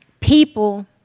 people